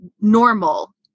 normal